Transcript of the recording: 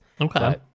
Okay